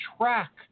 track